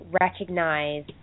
recognize